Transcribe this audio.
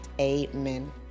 amen